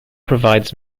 provides